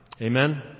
Amen